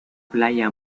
playa